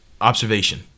observation